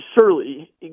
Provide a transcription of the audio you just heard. surely